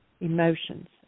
emotions